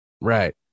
Right